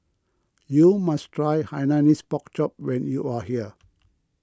you must try Hainanese Pork Chop when you are here